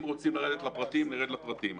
אם רוצים לרדת לפרטים, נרד לפרטים.